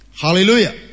hallelujah